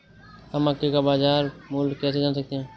हम मक्के का बाजार मूल्य कैसे जान सकते हैं?